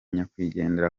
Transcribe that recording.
nyakwigendera